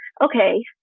okay